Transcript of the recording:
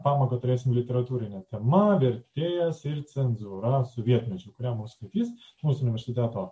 pamoką turėsim literatūrine tema vertėjas ir cenzūra sovietmečiu kurią mums skaitys mūsų universiteto